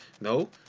No